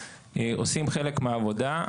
עושים חלק מהעבודה.